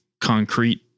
concrete